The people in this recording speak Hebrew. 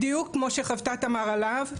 בדיוק כמו שחוותה תמרה להב,